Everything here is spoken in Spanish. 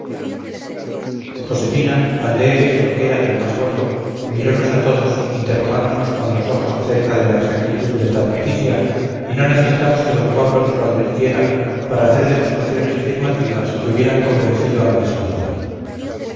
esto que era de lo más gordo mironos a todos interrogándonos con los ojos acerca de la exactitud de tal noticia y no necesitamos que d pablo nos lo advirtiera para hacer demostraciones afirmativas que hubieran convencido a la misma duda